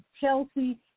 Chelsea